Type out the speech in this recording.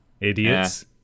idiots